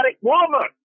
woman